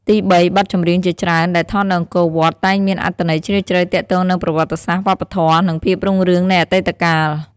ទីបី បទចម្រៀងជាច្រើនដែលថតនៅអង្គរវត្ត តែងមានអត្ថន័យជ្រាលជ្រៅទាក់ទងនឹងប្រវត្តិសាស្ត្រ វប្បធម៌ ឬភាពរុងរឿងនៃអតីតកាល។